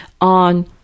on